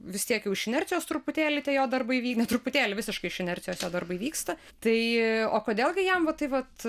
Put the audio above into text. vis tiek jau iš inercijos truputėlį jo darbai ne truputėlį visiškai iš inercijos jo darbai vyksta tai o kodėl gi jam va tai vat